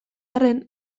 arren